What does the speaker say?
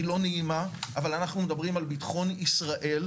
היא לא נעימה אבל אנחנו מדברים על ביטחון ישראל,